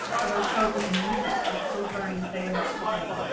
but our total in minutes are still starting to stay about the same.